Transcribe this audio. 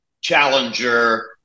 challenger